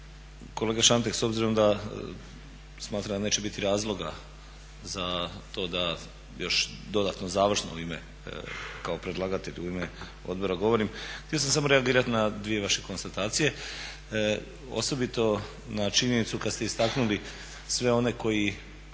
Kolega Šantek s obzirom da smatram da neće biti razloga za to da još dodatno završno kao predlagatelj u ime odbora govorim htio sam samo reagirati na dvije vaše konstatacije, osobito na činjenicu kad ste istaknuli sve one kojima